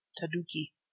taduki